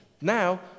now